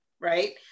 right